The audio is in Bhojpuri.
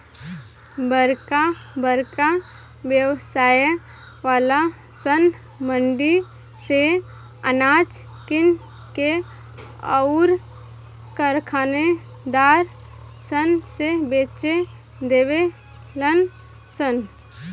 बरका बरका व्यवसाय वाला सन मंडी से अनाज किन के अउर कारखानेदार सन से बेच देवे लन सन